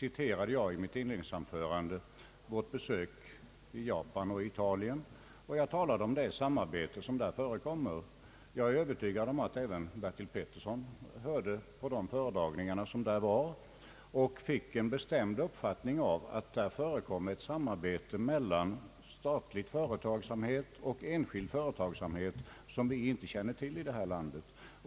I mitt inledningsanförande citerade jag vårt besök i Japan och Italien och talade om det samarbete som där förekommer. Jag är övertygad om att även herr Bertil Petersson hörde på de föredragningar som förekom och fick en bestämd uppfattning av att där förekom ett samarbete mellan statlig företagsamhet och enskild företagsamhet som vi inte känner till i det här landet.